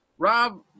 Rob